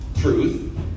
truth